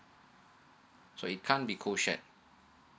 so it can't be co shared